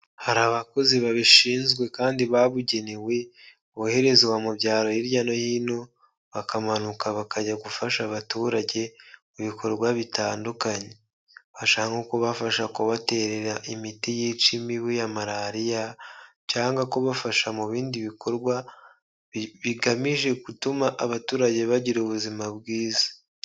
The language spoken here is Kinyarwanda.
Hari abakozi babishinzwe kandi babugenewe boherezwa mu byaro hirya no hino bakamanuka bakajya gufasha abaturage mu bikorwa bitandukanye bashaka kubafasha kubaterera imiti yica imibu ya malariya cyangwa kubafasha mu bindi bikorwa bigamije gutuma abaturage bagira ubuzima bwiza.